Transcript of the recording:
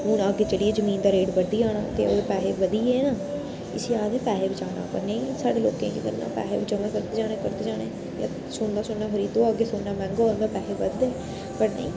इ'यां अग्गें चलियै जमीन दा रेट बधी जाना ते ओह् पैहे बधी गे ना इसी आखदे पैहे बचाना नेईं साढ़े लोकें केह् करना पैहे जमा करदे जाने करदे जाने ते सोना सुना खरीदो अग्गें सोना मैंह्गा होंदा पैहे बधदे पर नेईं